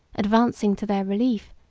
advancing to their relief,